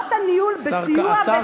עמלות הניהול בסיוע בשכר דירה.